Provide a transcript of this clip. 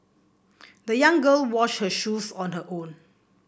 the young girl washed her shoes on her own